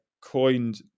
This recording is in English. coined